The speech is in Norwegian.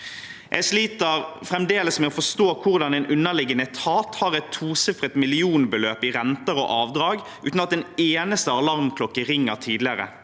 Jeg sliter fremdeles med å forstå hvordan en underliggende etat har et tosifret millionbeløp i renter og avdrag uten at en eneste alarmklokke ringer tidligere.